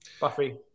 Buffy